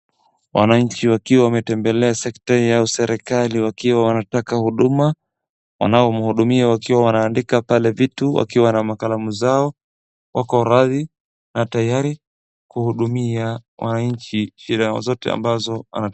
Wananchi wakiwa wametembelea sector ya serikali wakiwa wanataka huduma, wanaomhudumia wakiwa wanandika pale vitu wakiwa na makalamu zao wako radhi na tayari kuhudumia wananchi shida zote ambazo..